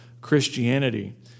Christianity